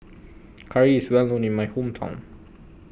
Curry IS Well known in My Hometown